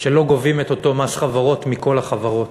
כשלא גובים את אותו מס חברות מכל החברות.